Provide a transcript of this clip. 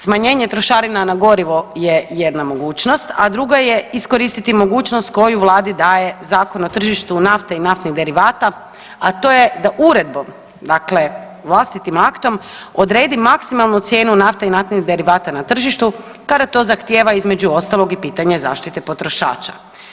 Smanjenje trošarina na gorivo je jedna mogućnost, a druga je iskoristiti mogućnost koju Vladi daje Zakon o tržištu nafte i naftnih derivata, a to je da uredbom, dakle vlastitim aktom odredi maksimalnu cijenu nafte i naftnih derivata na tržištu kada to zahtjeva između ostalog i pitanje zaštite potrošača.